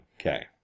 Okay